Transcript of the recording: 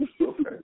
Okay